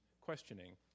questioning